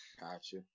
gotcha